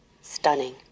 stunning